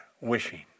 wishing